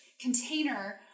container